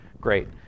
Great